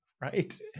Right